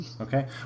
Okay